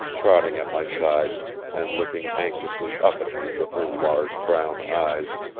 trotting at my side and looking anxiously up at me with her large brown eyes,